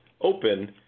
open